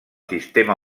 sistema